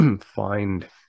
find